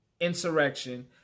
insurrection